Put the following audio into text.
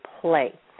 play